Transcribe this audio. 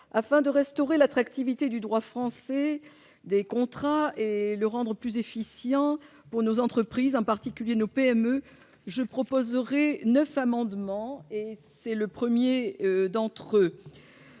afin de restaurer l'attractivité du droit français des contrats et le rendre plus efficient pour nos entreprises, en particulier nos PME, je proposerai 9 amendements et c'est le 1er d'entre eux.